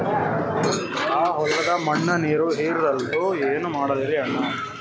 ಆ ಹೊಲದ ಮಣ್ಣ ನೀರ್ ಹೀರಲ್ತು, ಏನ ಮಾಡಲಿರಿ ಅಣ್ಣಾ?